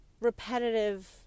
repetitive